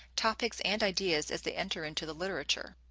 topics, and ideas as they enter into the literature.